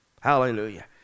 hallelujah